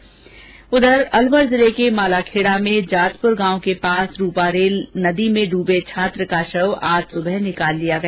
इस बीच अलवर जिले के मालाखेड़ा में जातपुर गांव के पास रुपारेल नदी में डूबे छात्र का शव आज सुबह निकाल लिया गया